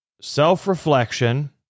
Self-reflection